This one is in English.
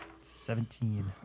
seventeen